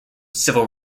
civil